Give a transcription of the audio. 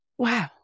Wow